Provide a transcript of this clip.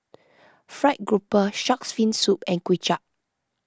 Fried Grouper Shark's Fin Soup and Kuay Chap